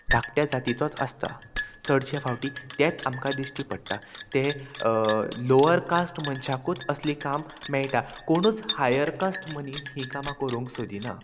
धाकट्या जातीचोच आसता चडशे फावटी तेत आमकां दिश्टी पडटा तें लोवर कास्ट मनशाकूच असली काम मेळटा कोणूच हायर कास्ट मनीस ही कामां करूंक सोदिना